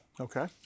Okay